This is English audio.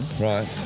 Right